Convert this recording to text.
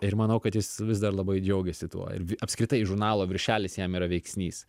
ir manau kad jis vis dar labai džiaugiasi tuo ir apskritai žurnalo viršelis jam yra veiksnys